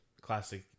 classic